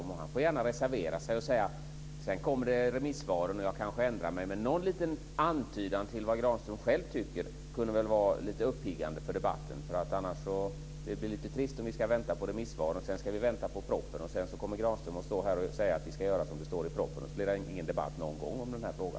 Han får gärna reservera sig och säga att han kanske ändrar sig när remissvaren kommer, men någon liten antydan om vad Granström själv tycker kunde vara uppiggande för debatten. Det blir lite trist om vi ska vänta på remissvaren, och sedan ska vi vänta på propositionen. Sedan kommer Granström att stå här och säga att vi ska göra som det står i propositionen, och så blir det ingen debatt någon gång om denna fråga.